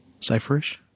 Cipherish